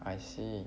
I see